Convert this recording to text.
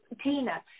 Tina